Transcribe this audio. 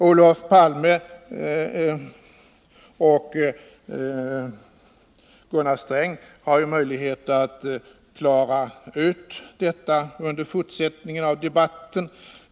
Olof Palme och Gunnar Sträng har ju möjlighet att klara ut detta under fortsättningen av debatten.